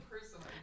personally